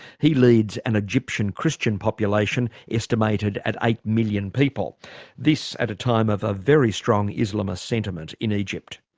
he leads an egyptian christian population estimated at eight million people this at a time of a very strong islamist sentiment in egypt.